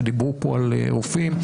שדיברו פה על רופאים.